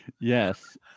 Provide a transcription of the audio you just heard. yes